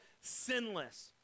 sinless